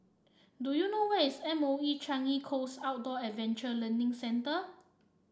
do you know where is M O E Changi Coast Outdoor Adventure Learning Centre